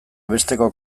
besteko